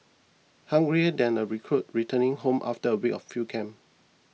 hungrier than a recruit returning home after a week of field camp